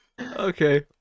Okay